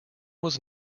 was